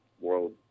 World